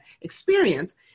experience